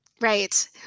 Right